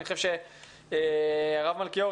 אני חושב שהרב מלכיאור,